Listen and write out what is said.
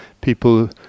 people